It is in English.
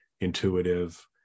intuitive